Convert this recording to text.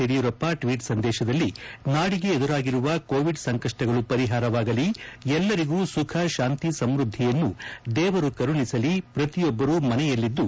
Yediyurappa tweet ಸಂದೇಶದಲ್ಲಿ ನಾಡಿಗೆ ಎದುರಾಗಿರುವ ಕೋವಿಡ್ ಸಂಕಷ್ಟಗಳು ಪರಿಹಾರವಾಗಲಿ ಎಲ್ಲರಿಗೂ ಸುಖ ಶಾಂತಿ ಸಮೃದ್ದಿಯನ್ನು ದೇವರು ಕರುಣಿಸಲಿ ಪ್ರತಿಯೊಬ್ಬರು ಮನೆಯಲ್ಲಿದ್ದು